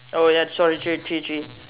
orh ya sorry it's your three three three